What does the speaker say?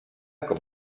com